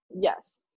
yes